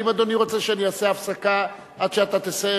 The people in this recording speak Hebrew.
האם אדוני רוצה שאני אעשה הפסקה עד שאתה תסיים